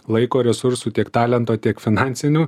laiko resursų tiek talento tiek finansinių